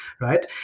Right